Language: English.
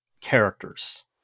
characters